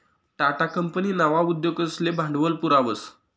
Tata company नवा उद्योगसले भांडवल पुरावस